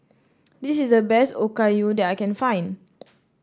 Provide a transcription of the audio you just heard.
this is the best Okayu that I can find